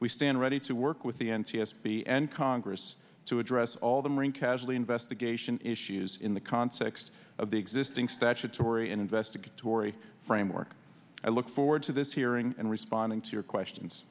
we stand ready to work with the n t s b and congress to address all the marine casualty investigation issues in the context of the existing statutory investigatory framework i look forward to this hearing and responding to your questions